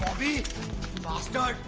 beat faster